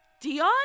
Dion